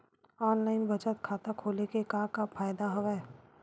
online बचत खाता खोले के का का फ़ायदा हवय